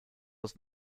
was